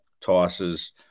tosses